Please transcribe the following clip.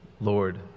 Lord